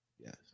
yes